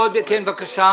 עוד מישהו, בבקשה?